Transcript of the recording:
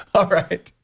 all right.